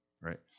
right